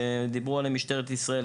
שמשטרת ישראל מדברת עליהם,